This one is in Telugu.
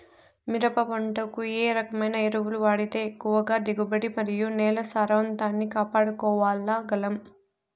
మిరప పంట కు ఏ రకమైన ఎరువులు వాడితే ఎక్కువగా దిగుబడి మరియు నేల సారవంతాన్ని కాపాడుకోవాల్ల గలం?